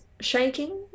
Shaking